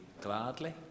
gladly